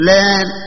Let